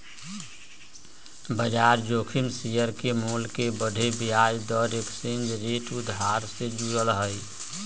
बजार जोखिम शेयर के मोल के बढ़े, ब्याज दर, एक्सचेंज रेट आउरो से जुड़ल हइ